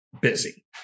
busy